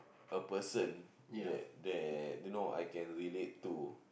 a person that that you know I can relate to